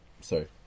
sorry